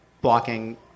blocking